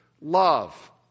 love